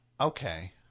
Okay